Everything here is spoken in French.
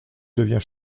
devient